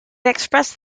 expressed